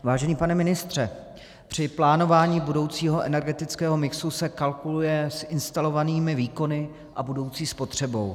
Vážený pane ministře, při plánování budoucího energetického mixu se kalkuluje s instalovanými výkony a budoucí spotřebou.